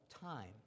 time